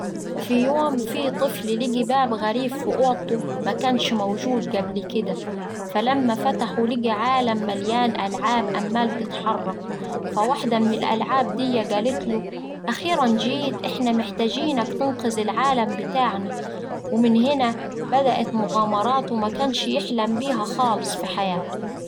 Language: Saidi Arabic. في يوم فيه طفل لقي باب غريب في أوضته مكنش موجود قبل كدا، فلما فتحه لقي عالم مليان ألعاب أمال تتحرك فواحدة من الألعاب دي قالتله: أخيرا جيت إحنا محتاجينك تنقذ العالم بتاعنا، ومن هنا بدأت مغامراته مكنش يحلم بيها خالص في حياته.